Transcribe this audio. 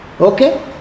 Okay